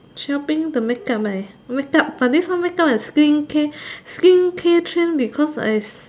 shopping the make up I make up but this one make up and skincare skincare trend because I